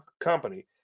company